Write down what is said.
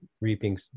reaping